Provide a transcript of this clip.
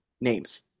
names